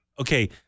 Okay